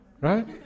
Right